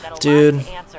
Dude